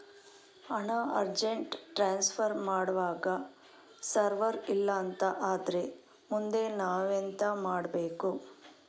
ಹಣ urgent transfer ಮಾಡ್ವಾಗ server ಇಲ್ಲಾಂತ ಆದ್ರೆ ಮುಂದೆ ನಾವೆಂತ ಮಾಡ್ಬೇಕು?